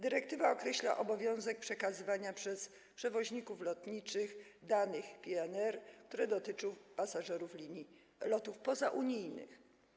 Dyrektywa określa obowiązek przekazywania przez przewoźników lotniczych danych PNR, które dotyczą pasażerów lotów pozaunijnych.